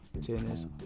tennis